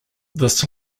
this